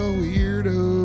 weirdo